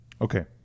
Okay